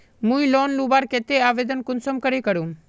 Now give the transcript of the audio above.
मुई लोन लुबार केते आवेदन कुंसम करे करूम?